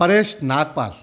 Paresh Nagpal